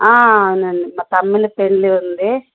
అవునండి మా తమ్ముని పెళ్ళి ఉంది